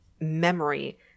memory